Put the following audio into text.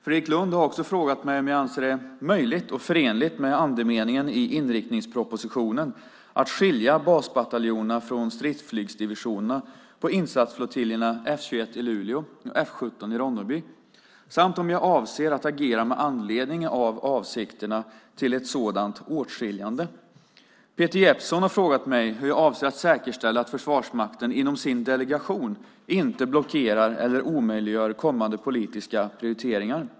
Fredrik Lundh har också frågat mig om jag anser att det är möjligt och förenligt med andemeningen i inriktningspropositionen att skilja basbataljonerna från stridsflygsdivisionerna på insatsflottiljerna F 21 i Luleå och F 17 i Ronneby, samt om jag avser att agera med anledning av avsikterna till ett sådant åtskiljande. Peter Jeppsson har frågat mig hur jag avser att säkerställa att Försvarsmakten inom sin delegation inte blockerar eller omöjliggör kommande politiska prioriteringar.